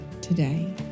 today